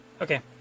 okay